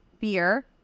beer